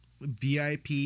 VIP